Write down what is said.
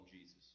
Jesus